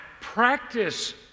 practice